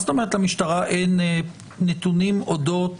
מה זאת אומרת שלמשטרה אין נתונים אודות